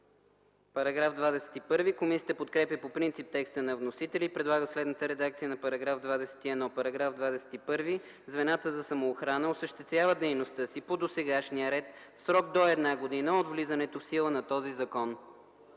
ЦИПОВ: Комисията подкрепя по принцип текста на вносителя и предлага следната редакция на § 21: „§ 21. Звената за самоохрана осъществяват дейността си по досегашния ред в срок до една година от влизането в сила на този закон.”